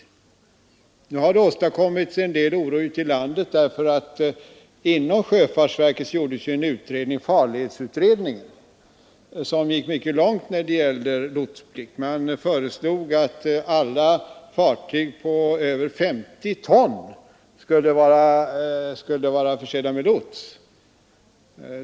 En del oro har åstadkommits ute i landet, därför att farledsutredningen, som gjordes inom sjöfartsverket gick mycket långt när det gäller lotsplikt; man föreslog t.o.m. att alla fartyg på över 50 ton skulle vara försedda med lots.